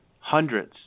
hundreds